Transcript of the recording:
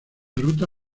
ruta